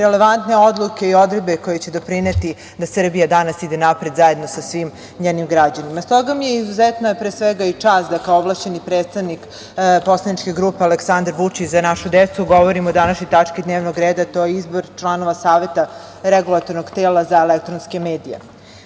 relevantne odluke i odredbe koje će doprineti da Srbija danas ide napred, zajedno sa svim njenim građanima. Stoga mi je izuzetna čast da kao ovlašćeni predstavnik poslaničke grupe Aleksandar Vučić – Za našu decu govorim o današnjoj tački dnevnog reda. To je izbor članova Saveta Regulatornog tela za elektronske